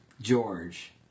George